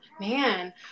man